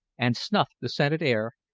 and snuffed the scented air,